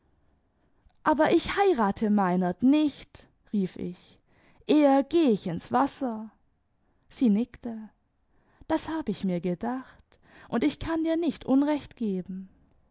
ber ich heirate meinert nicht rief ich eher geh ich ins wasser sie nickte das hab ich mir gedacht und ich kann dir nicht unrecht geben